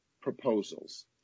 proposals